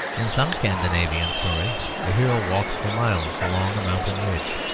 in some scandinavian story a hero walks for miles along a mountain ridge,